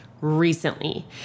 recently